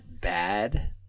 bad